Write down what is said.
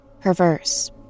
Perverse